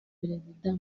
perezida